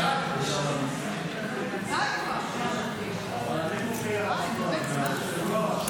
בראשית דבריי אני מבקשת לחזק את לוחמי